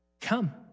Come